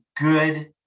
good